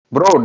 Bro